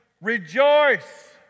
Rejoice